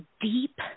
deep